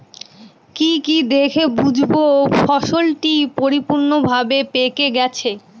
কি কি দেখে বুঝব ফসলটি পরিপূর্ণভাবে পেকে গেছে?